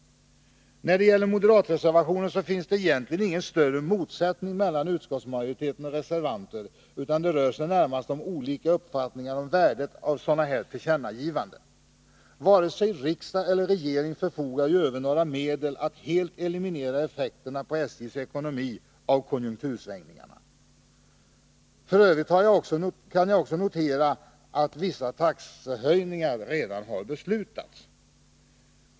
När det gäller moderatreservationen finns det egentligen ingen större motsättning mellan utskottsmajoriteten och reservanterna, utan det rör sig närmast om olika uppfattningar om värdet av sådana här tillkännagivanden. Varken riksdag eller regering förfogar ju över några medel att helt eliminera effekterna på SJ:s ekonomi av konjunktursvängningarna. För övrigt kan jag också notera att vissa taxehöjningar redan har beslutats.